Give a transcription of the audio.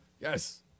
Yes